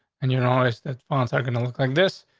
and you know, is that bonds are gonna look like this.